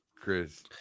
Chris